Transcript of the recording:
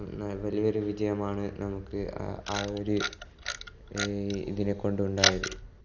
വലിയൊരു വിജയമാണ് നമുക്ക് ആ ആ ഒര് ഈ ഇതിനെ കൊണ്ട് ഉണ്ടായത്